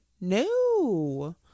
no